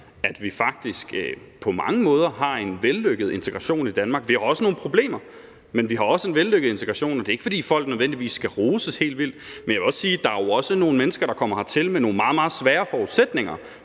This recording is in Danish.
at vi faktisk på mange måder har en vellykket integration i Danmark. Vi har også nogle problemer, men vi har også en vellykket integration, og det er ikke, fordi folk nødvendigvis skal roses helt vildt. Men jeg vil jo også sige, at der er nogle mennesker, der kommer hertil med nogle meget, meget svære forudsætninger